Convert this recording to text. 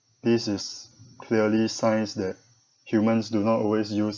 this is clearly signs that humans do not always use